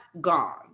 gone